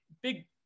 big